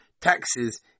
taxes